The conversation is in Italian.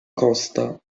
costa